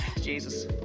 Jesus